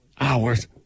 Hours